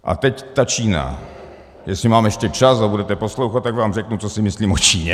A teď ta Čína jestli mám ještě čas a budete poslouchat, tak vám řeknu, co si myslím o Číně.